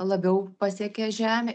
labiau pasiekia žemę